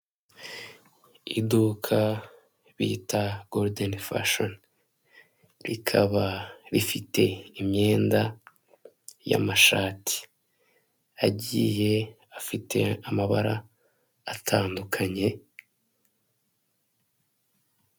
Urujya n'uruza rw'abantu benshi bamwe bambaye udupfukamunwa inyuma yabo hari amaduka iduka rimwe rifite icyapa kinini cy'ubururu cyanditseho Tecno ndetse n'ikindi kiri munsi yayo cyanditseho infinix kiri mu mabara y'umukara umupolisi wambaye iniforume yanditseho Rwanda police ndetse arimo arareba umusore wambaye ingofero y'umukara igikapu mu mugongo n'agapira karimo amabara agiye atandukanye .